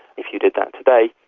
if you did that today,